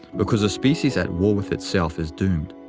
because a species at war with itself is doomed.